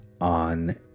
on